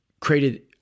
created